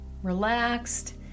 Relaxed